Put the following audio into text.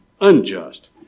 unjust